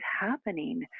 happening